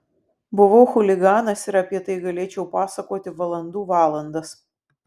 buvau chuliganas ir apie tai galėčiau pasakoti valandų valandas